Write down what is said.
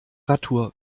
radtour